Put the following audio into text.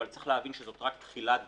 אבל צריך להבין שזה רק תחילת דרך.